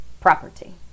Property